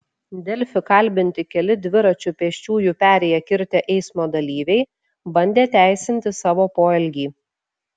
delfi kalbinti keli dviračiu pėsčiųjų perėją kirtę eismo dalyviai bandė teisinti savo poelgį